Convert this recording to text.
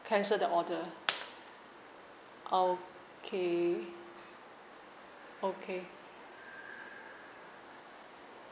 cancel the order okay okay